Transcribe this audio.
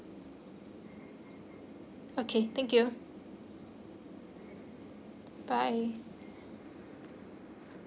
okay thank you bye